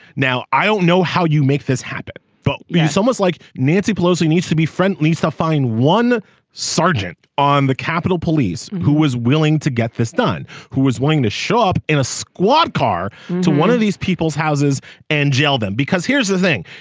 now i don't know how you make this happen but it's almost like nancy pelosi needs to be front list i'll find one sergeant on the capitol police who is willing to get this done who was willing to show up in a squad car to one of these people's houses and jail them because here's the thing.